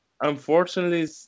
unfortunately